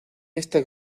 este